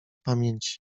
pamięci